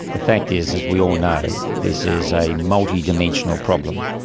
the fact is, as we all know, this is a multidimensional problem,